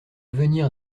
venir